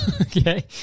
Okay